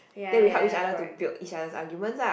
then we help each other to build each other's argument ah